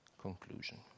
conclusion